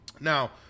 Now